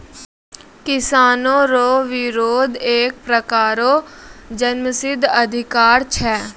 किसानो रो बिरोध एक प्रकार रो जन्मसिद्ध अधिकार छै